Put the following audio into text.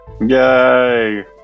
yay